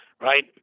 Right